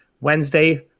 Wednesday